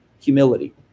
humility